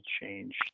change